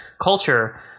culture